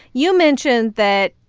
you mentioned that,